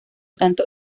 tanto